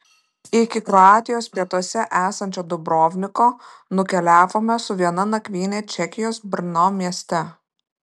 iki kroatijos pietuose esančio dubrovniko nukeliavome su viena nakvyne čekijos brno mieste